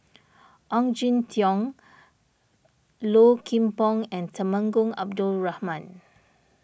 Ong Jin Teong Low Kim Pong and Temenggong Abdul Rahman